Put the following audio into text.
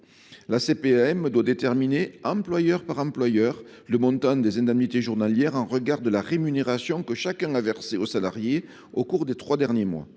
(CPAM) doit déterminer, employeur par employeur, le montant des indemnités journalières au regard de la rémunération que chacun a versé au salarié au cours des trois derniers mois.